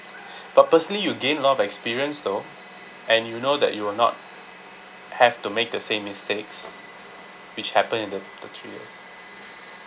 but personally you gain lots of experience though and you know that you will not have to make the same mistakes which happened in the the three years